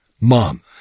Mom